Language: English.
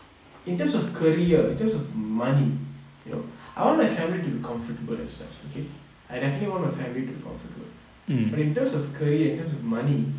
in terms of career in terms of money you know I want my family to be comfortable as such okay I definitely want my family to comfortable but in terms of career in terms of money